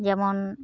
ᱡᱮᱢᱚᱱ